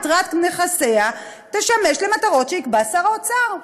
יתרת נכסיה תשמש למטרות שיקבע שר האוצר.